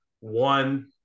one